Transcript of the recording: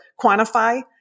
quantify